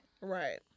right